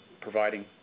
providing